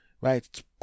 right